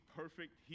perfect